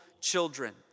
children